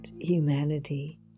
humanity